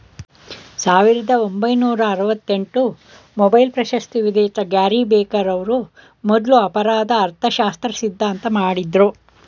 ಸಾವಿರದ ಒಂಬೈನೂರ ಆರವತ್ತಎಂಟು ಮೊಬೈಲ್ ಪ್ರಶಸ್ತಿವಿಜೇತ ಗ್ಯಾರಿ ಬೆಕರ್ ಅವ್ರು ಮೊದ್ಲು ಅಪರಾಧ ಅರ್ಥಶಾಸ್ತ್ರ ಸಿದ್ಧಾಂತ ಮಾಡಿದ್ರು